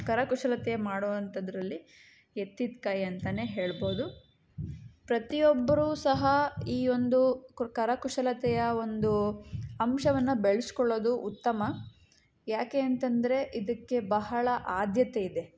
ಕರಕುಶಲತೆ ಮಾಡುವಂತದರಲ್ಲಿ ಎತ್ತಿದ ಕೈ ಅಂತ ಹೇಳ್ಬೋದು ಪ್ರತಿಯೊಬ್ಬರು ಸಹ ಈ ಒಂದು ಕುರ್ ಕರಕುಶಲತೆಯ ಒಂದು ಅಂಶವನ್ನು ಬೆಳೆಸ್ಕೊಳ್ಳೋದು ಉತ್ತಮ ಯಾಕೆ ಅಂತಂದರೆ ಇದಕ್ಕೆ ಬಹಳ ಆದ್ಯತೆ ಇದೆ